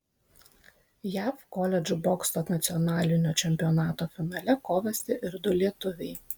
jav koledžų bokso nacionalinio čempionato finale kovėsi ir du lietuviai